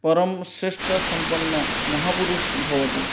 परं श्रेष्टसम्पन्नमहापुरुषः भवति